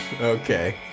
Okay